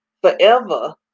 forever